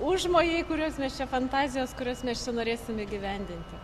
užmojai kuriuos mes čia fantazijos kurias mes čia norėsim įgyvendinti